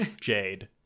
jade